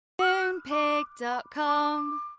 Moonpig.com